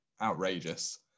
outrageous